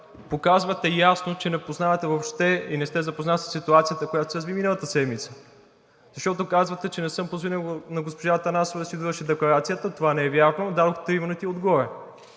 показвате ясно, че не познавате въобще и не сте запознат със ситуацията, която се разви миналата седмица, защото казвате, че не съм позволил на госпожа Атанасова да си довърши декларацията. Това не е вярно! Дадох три минути отгоре!